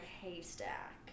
haystack